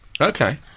Okay